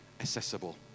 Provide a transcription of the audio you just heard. accessible